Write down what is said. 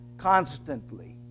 constantly